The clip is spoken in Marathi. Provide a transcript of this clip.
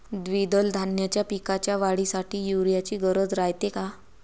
द्विदल धान्याच्या पिकाच्या वाढीसाठी यूरिया ची गरज रायते का?